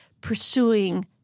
pursuing